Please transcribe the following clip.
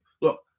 look